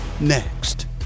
Next